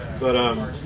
but um.